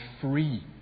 free